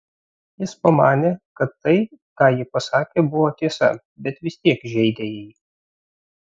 jis pamanė kad tai ką ji pasakė buvo tiesa bet vis tiek žeidė jį